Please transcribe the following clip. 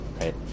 right